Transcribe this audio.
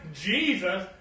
Jesus